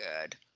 good